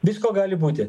visko gali būti